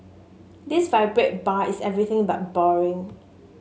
this vibrant bar is everything but boring